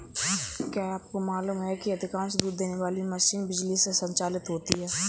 क्या आपको मालूम है कि अधिकांश दूध देने वाली मशीनें बिजली से संचालित होती हैं?